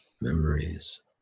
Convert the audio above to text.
memories